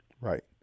Right